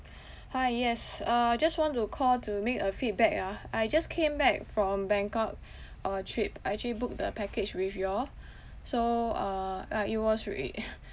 hi yes uh just want to call to make a feedback ya I just came back from bangkok uh trip I actually booked the package with you all so uh ya it was re~